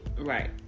Right